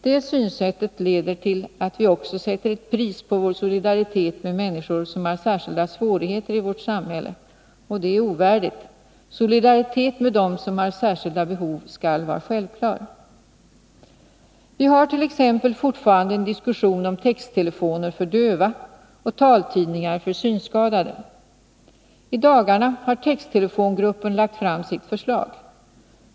Det synsättet leder till att vi också sätter ett pris på vår solidaritet med människor som har särskilda svårigheter i vårt samhälle. Det är ovärdigt. Solidaritet med dem som har särskilda behov skall vara självklar. Vi har t.ex. fortfarande en diskussion om texttelefoner för döva och taltidningar för synskadade. I dagarna har texttelefongruppen lagt fram sitt förslag.